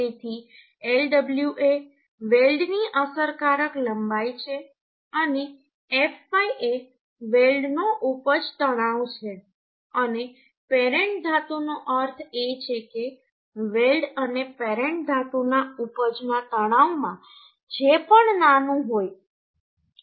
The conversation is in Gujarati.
તેથી Lw એ વેલ્ડની અસરકારક લંબાઈ છે અને fy એ વેલ્ડનો ઉપજ તણાવ છે અને પેરેન્ટ ધાતુનો અર્થ એ છે કે વેલ્ડ અને પેરેન્ટ ધાતુના ઉપજના તણાવમાં જે પણ નાનું હોય નાનું હોય